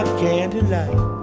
candlelight